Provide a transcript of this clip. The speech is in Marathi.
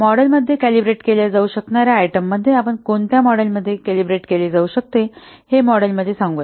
मॉडेलमध्ये कॅलिब्रेट केल्या जाऊ शकणार्या आयटममध्ये आपण कोणत्या मॉडेलमध्ये कॅलिब्रेट केले जाऊ शकते हे मॉडेलमध्ये सांगू या